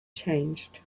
changed